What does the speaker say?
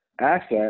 asset